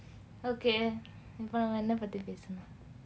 okay இப்ப நம்ம என்ன பத்தி பேசணும்:ippa namma enna patthi pesanum